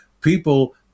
people